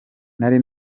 nari